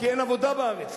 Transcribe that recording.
כי אין עבודה בארץ.